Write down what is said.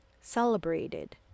celebrated